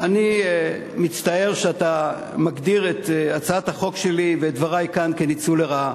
אני מצטער שאתה מגדיר את הצעת החוק שלי ואת דברי כאן כניצול לרעה.